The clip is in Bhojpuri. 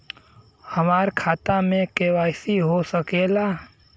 हमार खाता में के.वाइ.सी हो सकेला?